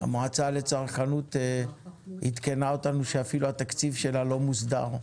המועצה לצרכנות עדכנה אותנו שאפילו התקציב שלה לא מוסדר.